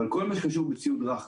אבל כל מה שקשור בציוד רך,